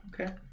Okay